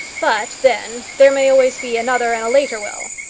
but then there may always be another and a later will.